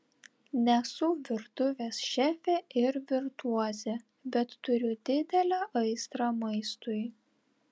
nesu virtuvės šefė ir virtuozė bet turiu didelę aistrą maistui